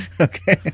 okay